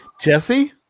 Jesse